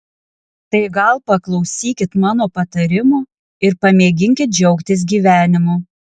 tai gal paklausykit mano patarimo ir pamėginkit džiaugtis gyvenimu